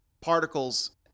particles